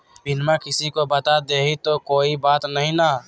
पिनमा किसी को बता देई तो कोइ बात नहि ना?